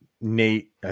Nate